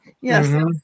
Yes